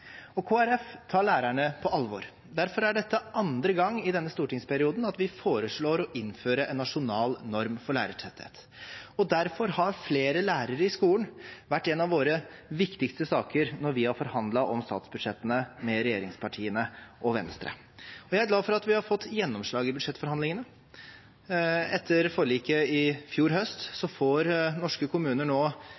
tar lærerne på alvor. Derfor er dette andre gang i denne stortingsperioden vi foreslår å innføre en nasjonal norm for lærertetthet. Og derfor har flere lærere i skolen vært en av våre viktigste saker når vi har forhandlet om statsbudsjettene med regjeringspartiene og Venstre. Jeg er glad for at vi har fått gjennomslag i budsjettforhandlingene. Etter forliket i fjor høst